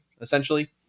essentially